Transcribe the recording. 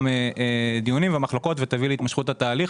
דיונים ומחלוקות ותוביל להתמשכות התהליך.